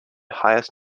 highest